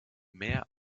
mehr